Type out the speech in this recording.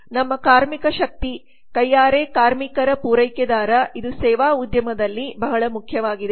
ನಮ್ಮ ಕಾರ್ಮಿಕ ಶಕ್ತಿ ಕೈಯಾರೆ ಕಾರ್ಮಿಕರ ಪೂರೈಕೆದಾರ ಇದು ಸೇವಾ ಉದ್ಯಮದಲ್ಲಿ ಬಹಳ ಮುಖ್ಯವಾಗಿದೆ